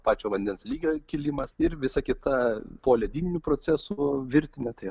pačio vandens lygio kilimas ir visa kita po ledyninių procesų virtinė tai